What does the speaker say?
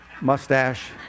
mustache